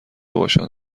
باشند